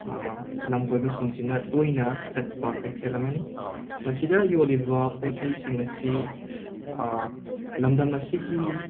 ꯂꯝꯀꯣꯏꯕꯁꯤꯡꯁꯤꯅ ꯇꯣꯏꯅ ꯆꯠꯄ ꯀꯩꯊꯦꯜ ꯑꯃꯅꯤ ꯃꯁꯤꯗ ꯌꯣꯜꯂꯤꯕ ꯄꯣꯠ ꯆꯩꯁꯤꯡ ꯑꯁꯤ ꯂꯝꯗꯝ ꯑꯁꯤꯒꯤ